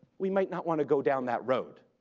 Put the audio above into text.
we might not want to go down that road,